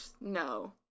No